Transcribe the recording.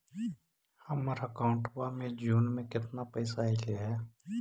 हमर अकाउँटवा मे जून में केतना पैसा अईले हे?